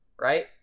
right